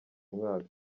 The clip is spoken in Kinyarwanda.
mwaka